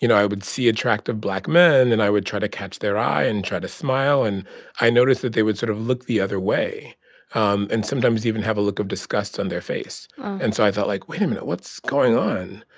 you know i would see attractive black men. and i would try to catch their eye and to smile. and i noticed that they would sort of look the other way um and sometimes even have a look of disgust on their face oh and so i felt like, wait a minute. what's going on?